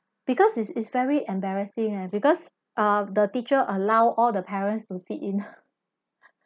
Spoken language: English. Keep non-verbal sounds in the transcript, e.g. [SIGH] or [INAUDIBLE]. because it's it's very embarrassing leh because uh the teacher allow all the parents to sit in [LAUGHS]